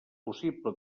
possible